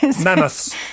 mammoths